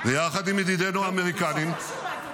--- ויחד עם ידידינו האמריקנים --- אני לא שומעת אותה.